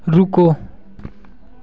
रुको